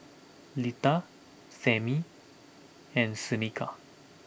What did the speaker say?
Lita Sammy and Shaneka